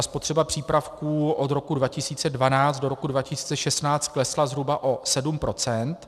Spotřeba přípravků od roku 2012 do roku 2016 klesla zhruba o 7 %.